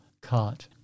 cart